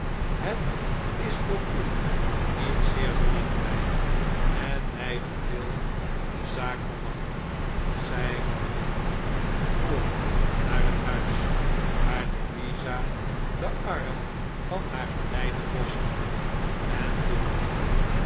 het is voor u niet zeer belangrijk en mij verveelt de zaak al lang zij wandelden voor naar het huis waar louisa den arm van haar geleider losliet en binnenging